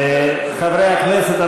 חברי הכנסת,